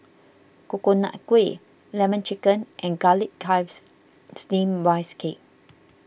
Coconut Kuih Lemon Chicken and Garlic Chives Steamed Rice Cake